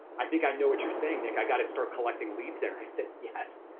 i think i know what you're saying, nick, i gotta start collecting leads there. and i said, yes,